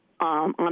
on